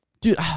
Dude